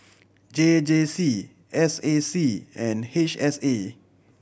J J C S A C and H S A